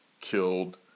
killed